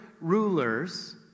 rulers